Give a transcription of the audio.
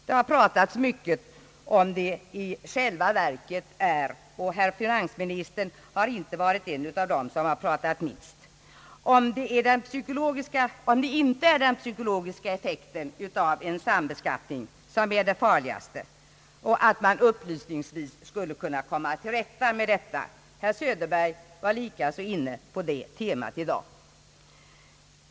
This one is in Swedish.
Det har pratats mycket om — och herr finansministern har inte varit en av dem som pratat minst — ifall det inte i själva verket är den psykologiska effekten av en sambeskattning som är det farligaste och att man genom upplysning skulle kunna komma till rätta med detta. även herr Söderberg var inne på det temat i dag.